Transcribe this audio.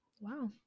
wow